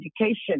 education